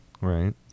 right